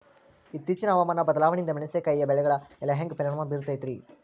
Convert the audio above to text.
ಇತ್ತೇಚಿನ ಹವಾಮಾನ ಬದಲಾವಣೆಯಿಂದ ಮೆಣಸಿನಕಾಯಿಯ ಬೆಳೆಗಳ ಮ್ಯಾಲೆ ಹ್ಯಾಂಗ ಪರಿಣಾಮ ಬೇರುತ್ತೈತರೇ?